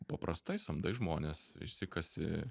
paprastai samdai žmones išsikasi